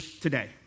today